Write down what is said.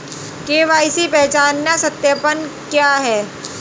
KYC पहचान सत्यापन क्या है?